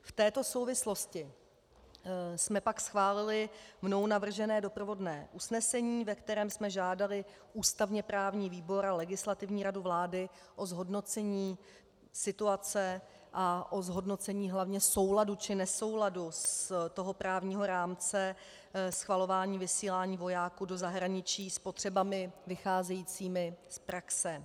V této souvislosti jsme pak schválili mnou navržené doprovodné usnesení, ve kterém jsme žádali ústavněprávní výbor a Legislativní radu vlády o zhodnocení situace a o zhodnocení hlavně souladu či nesouladu z právního rámce schvalování vysílání vojáků do zahraničí s potřebami vycházejícími z praxe.